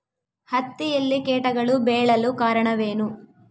ಹತ್ತಿಯಲ್ಲಿ ಕೇಟಗಳು ಬೇಳಲು ಕಾರಣವೇನು?